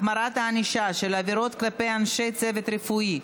החמרת הענישה בשל תקיפת צוות רפואי),